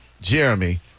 Jeremy